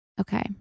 Okay